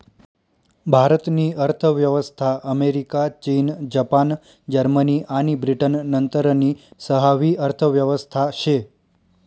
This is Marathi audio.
भारत नी अर्थव्यवस्था अमेरिका, चीन, जपान, जर्मनी आणि ब्रिटन नंतरनी सहावी अर्थव्यवस्था शे